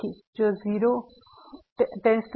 તેથી જો →0t→∞